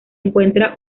encuentran